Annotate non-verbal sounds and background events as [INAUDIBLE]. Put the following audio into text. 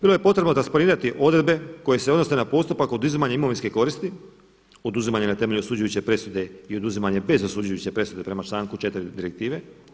Bilo je potrebno … [UNINTELLIGIBLE] odredbe koje se odnose na postupak oduzimanja imovinske koristi, oduzimanja na temelju osuđujuće presude i oduzimanje bez osuđujuće presude prema članku 4. direktive.